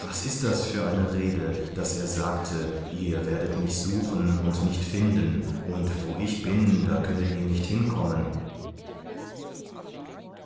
was ist das für eine rede daß er sagte ihr werdet mich suchen und nicht finden und wo ich bin da könnet ihr nicht hin kommen